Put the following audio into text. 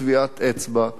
איזו משפחה.